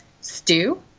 stew